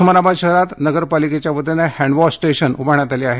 उस्मानाबाद शहरात नगरपालिकेच्या वतीने हॅण्ड वॉश स्टेशन उभारण्यात आली आहेत